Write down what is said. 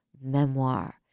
memoir